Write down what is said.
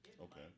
Okay